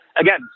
again